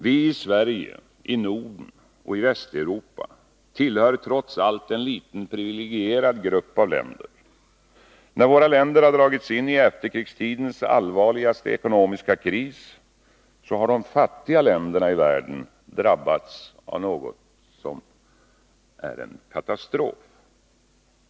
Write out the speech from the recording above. Vi i Sverige, Norden och Västeuropa tillhör trots allt en liten privilegierad grupp av länder. När våra länder har dragits in i efterkrigstidens allvarligaste ekonomiska kris, har de fattiga länderna i världen drabbats av en katastrof.